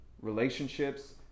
relationships